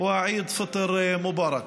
עיד פיטר מבורך.